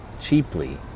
cheaply